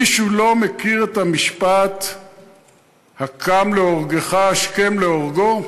מישהו לא מכיר את המשפט "הבא להורגך השכם להורגו"?